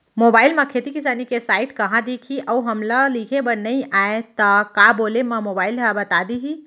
Mobile म खेती किसानी के साइट कहाँ दिखही अऊ हमला लिखेबर नई आय त का बोले म मोबाइल ह बता दिही?